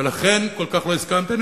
ולכן כל כך לא הסכמתי.